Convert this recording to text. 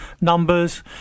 numbers